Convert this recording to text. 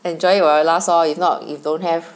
enjoy while it last lor if not if don't have